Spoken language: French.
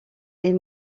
est